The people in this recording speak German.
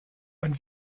ein